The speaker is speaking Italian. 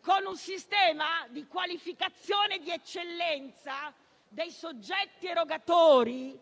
con un sistema di qualificazione di eccellenza dei soggetti erogatori.